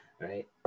Right